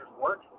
work